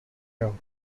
out